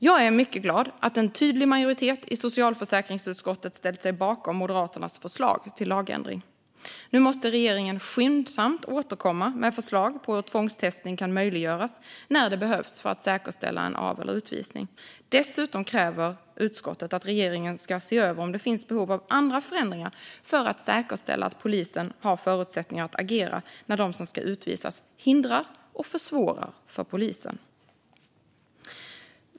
Jag är mycket glad att en tydlig majoritet i socialförsäkringsutskottet har ställt sig bakom Moderaternas förslag till lagändring. Nu måste regeringen skyndsamt återkomma med förslag på hur tvångstestning kan möjliggöras när det behövs för att säkerställa en av eller utvisning. Dessutom kräver utskottet att regeringen ska se över om det finns behov av andra förändringar för att säkerställa att polisen har förutsättningar att agera när de som ska utvisas hindrar och försvårar för polisen.